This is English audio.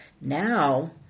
Now